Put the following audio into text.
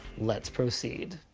let's proceed